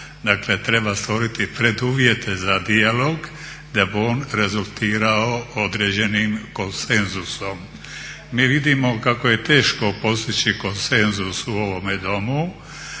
Dakle treba stvoriti preduvjete za dijalog da bi on rezultirao određenim konsenzusom. Mi vidimo kako je teško postići konsenzus u ovome domu,